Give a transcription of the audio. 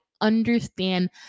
understand